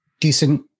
decent